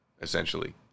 essentially